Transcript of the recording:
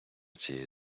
цією